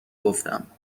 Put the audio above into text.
گفتم